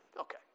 Okay